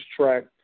track